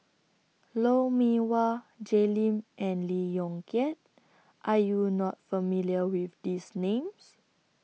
Lou Mee Wah Jay Lim and Lee Yong Kiat Are YOU not familiar with These Names